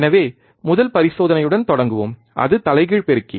எனவே முதல் பரிசோதனையுடன் தொடங்குவோம் அது தலைகீழ் பெருக்கி